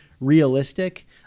realistic